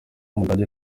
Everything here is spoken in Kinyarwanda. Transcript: w’amaguru